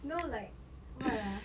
no like what ah